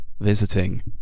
visiting